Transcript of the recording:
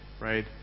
right